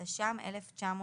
התש"ם-1980.